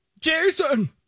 Jason